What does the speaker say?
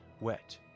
wet